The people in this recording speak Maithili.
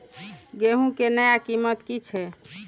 गेहूं के नया कीमत की छे?